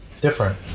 different